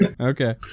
okay